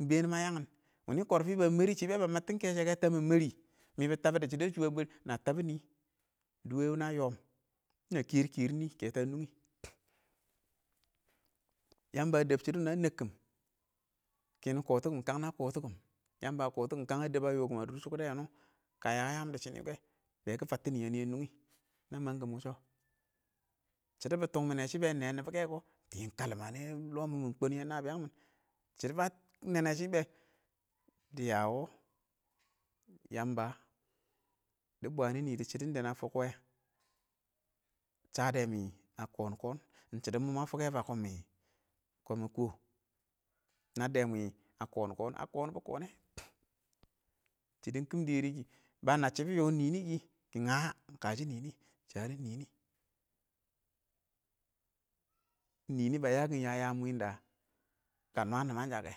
Ing been ma yangin wɪnɪ kɔrfi ba marɪ shɪ bɛ bə məttɪn keeshe kɛ tab mɪ mərɪ, mɪ bɪ tabu dɪ shidɔ ə shʊ a bwɛrɛ kɪ na tabu nɪ, dʊwɛ wʊ na yoom, na keri-keri nɪ keto a nungɪ, yamba a deb shɪdo woni a nəkkɪm kɪm nɪ kɔtɔ ɪng kang nə kotɪ kɪm, yamba a koti kɪm kang a deb a yo kɪm a dʊr chukde wuni kə ya yaam dɪ shini kɛ, be kɪ fəttɪn nɪ yani a nungɪ, na mang kɪm wʊshɔ? shɪdo bɪ tuk mɪne shɪn be nɛ nɪbɔ kɛ kʊ,tɪm kalɪm ə nɛɛ lɔɔ mɔ, yɔ mɪn kɔn yɛ nə biyang mɪn, shɪdo ba nenne shɪn bɛ, dɪya wʊ, yamba dɪ bwani nɪ dɪ shɪdo da na fukwe, kɔɔn mʊ kɔɔ, shade mɪ ,a kɔɔn-kɔɔn ɪng shidɔ mɔ mə fʊk wɛ fə kɔɔn mɪ kɔɔ ɪng nə dɛ mɪn ə kɔɔn-kɔɔn ə kɔ bʊ kɔ nɛ, shɪdʊ ɪng kɪm ɪng dɛrɛ kɪ, bənə shɪbɪ ɪng wɔɔ nɪnɪ kɪ ,kɪn əhh ɪng kəshɪ nɪnɪ, shərɪ nɪrɪ,nɪnɪ bə yəə fɪn ɪng nyəm wɪdə kə nwa nimansha kɛ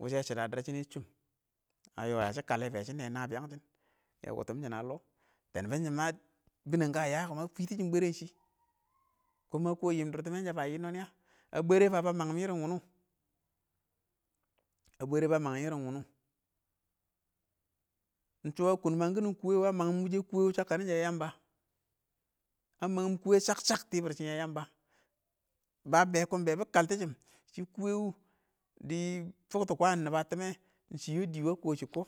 ,wishe shidɔ dɪrr shinne chuun,ə yɔɔ ya shɪ kalle be shɪ nɛ naan biyang shɪn ,yɛ wutun shɪn a lɔɔ, tɛɛn bɪn shɪn ma bɪnɛng ɪng kə yə kʊmə fwiti shɪm mɪ bwrren shɪ. kʊn ma kɔɔn yɪn dʊrtɪmɛn ɪng shə nɪɪ inng yə? a bwere fə mangɪn ɪrɪn wʊnʊ, ə bwərɛ bə məng ɪrɪn wʊnʊ, ɪng shɔ a kʊn mang kiɪnɪ kuwe wɪ a mangɪm wʊshɛ kʊwɛ shəkənɪn shɛ yɛ yəmbə,ə məng kʊwɛ shək-shək tibir shɪn yɛ yamba, ba be kʊn nɛ bɪ kəltɪshɪn shɪ kuwe wʊ dɪ fʊktɔ kwan nɪbə ə tɪm yɛ ɪng shɪ wɪ dɪ ə kɔ shɪn kɔ.